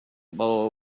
boy